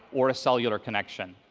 or a cellular connection.